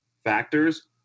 factors